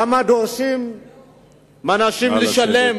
למה דורשים מאנשים לשלם